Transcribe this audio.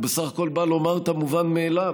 הוא בסך הכול בא לומר את המובן מאליו,